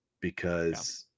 because-